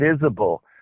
visible